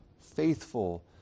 faithful